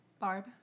Barb